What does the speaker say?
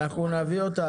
אנחנו נביא אותם.